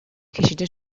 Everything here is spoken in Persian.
کشیده